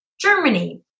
Germany